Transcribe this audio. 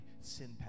sin